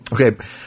Okay